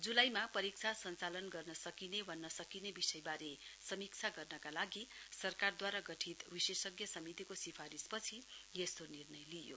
ज्लाईमा परीक्षा सञ्चालन गर्न सकिने वा नसकिने विषयबारे समीक्षा गर्नका लागि सरकारद्वारा गठित विशेषज्ञ समितिको सिफारिसपछि यस्तो निर्णय लिइयो